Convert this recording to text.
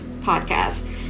podcast